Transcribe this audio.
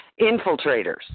infiltrators